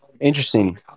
Interesting